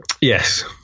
Yes